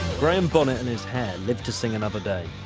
graham bonnet and his hair lived to sing another day.